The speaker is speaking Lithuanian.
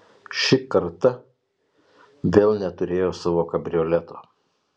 ši karta vėl neturėjo savo kabrioleto